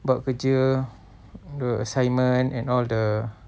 buat kerja the assignment and all the